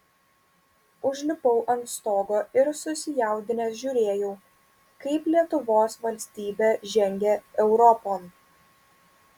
užlipau ant stogo ir susijaudinęs žiūrėjau kaip lietuvos valstybė žengia europon